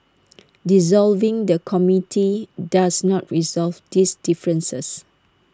dissolving the committee does not resolve these differences